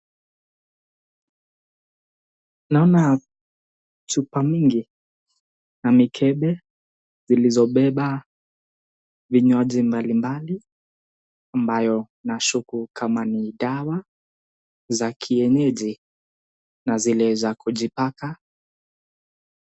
Naona chupa mingi na mikebe zilizobeba vinywaji mbalimbali ambayo nashuku kama ni dawa za kienyeji na zile za kujipaka.